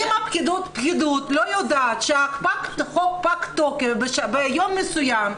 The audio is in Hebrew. אם הפקידות לא יודעת שהחוק פג תוקף ביום מסוים,